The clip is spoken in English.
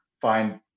find